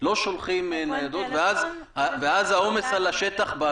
הם לא יכולים לעשות בזה שימוש לשום דבר